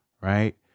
right